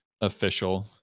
official